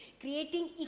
creating